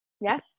Yes